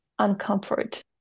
uncomfort